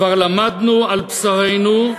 כבר למדנו על בשרנו,